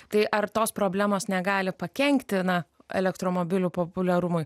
tai ar tos problemos negali pakenkti na elektromobilių populiarumui